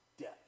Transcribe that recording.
death